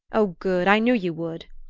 oh, good! i knew you would.